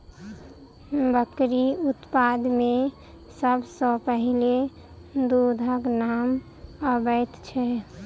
बकरी उत्पाद मे सभ सॅ पहिले दूधक नाम अबैत छै